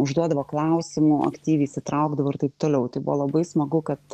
užduodavo klausimų aktyviai įsitraukdavo ir taip toliau tai buvo labai smagu kad